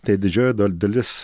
tai didžioji dal dalis